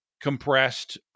compressed